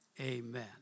Amen